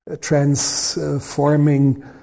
transforming